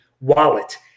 wallet